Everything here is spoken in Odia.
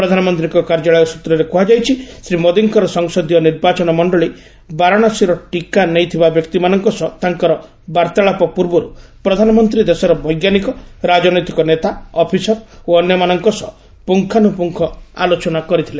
ପ୍ରଧାନମନ୍ତ୍ରୀଙ୍କ କାର୍ଯ୍ୟାଳୟ ସୂତ୍ରରେ କୁହାଯାଇଛି ଶ୍ରୀ ମୋଦୀଙ୍କର ସଂସଦୀୟ ନିର୍ବାଚନ ମଣ୍ଡଳୀ ବାରାଣସୀର ଟିକା ନେଇଥିବା ବ୍ୟକ୍ତିମାନଙ୍କ ସହ ତାଙ୍କର ବାର୍ତ୍ତାଳାପ ପୂର୍ବରୁ ପ୍ରଧାନମନ୍ତ୍ରୀ ଦେଶର ବୈଜ୍ଞାନିକ ରାଜନୈତିକ ନେତା ଅଫିସର୍ ଓ ଅନ୍ୟମାନଙ୍କ ସହ ପୁଙ୍ଗାନୁପୁଙ୍ଗ ଆଲୋଚନା କରିଥିଲେ